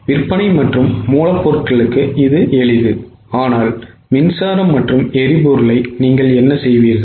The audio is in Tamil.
விற்பனை மற்றும் மூலப்பொருட்களுக்கு இது எளிது ஆனால் மின்சாரம் மற்றும் எரிபொருளை நீங்கள் என்ன செய்வீர்கள்